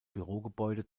bürogebäude